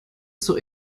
zur